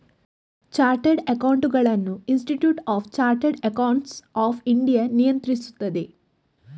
chartered ಅಕೌಂಟೆಂಟುಗಳನ್ನು institute of chartered accountants of India ನಿಯಂತ್ರಿಸುತ್ತದೆ